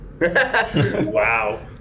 wow